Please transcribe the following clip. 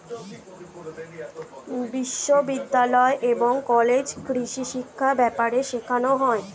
বিশ্ববিদ্যালয় এবং কলেজে কৃষিশিক্ষা ব্যাপারে শেখানো হয়